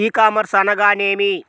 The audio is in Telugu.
ఈ కామర్స్ అనగానేమి?